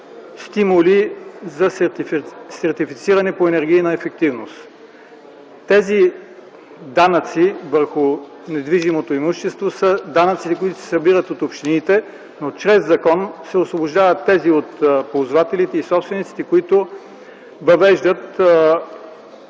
стимули за сертифициране по енергийна ефективност. Тези данъци върху недвижимото имущество са данъците, които се събират от общините, но чрез закон се освобождават тези от ползвателите и собствениците, които въвеждат